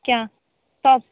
क्या शॉप